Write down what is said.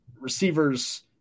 receivers